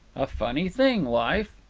a funny thing, life.